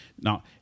Now